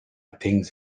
think